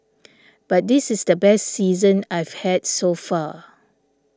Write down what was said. but this is the best season I've had so far